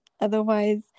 Otherwise